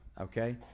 Okay